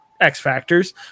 x-factors